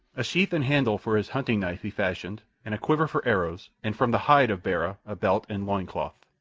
a sheath and handle for his hunting-knife he fashioned, and a quiver for arrows, and from the hide of bara a belt and loin-cloth.